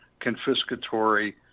confiscatory